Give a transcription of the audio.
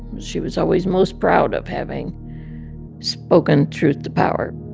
she was always most proud of having spoken truth to power